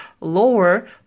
lower